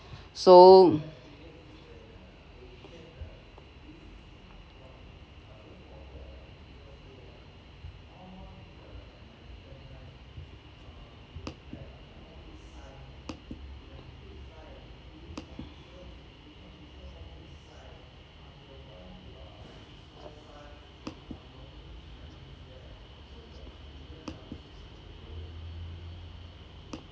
so